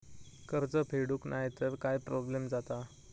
कर्ज फेडूक नाय तर काय प्रोब्लेम जाता?